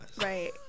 Right